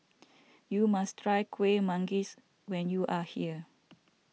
you must try Kueh Manggis when you are here